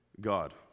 God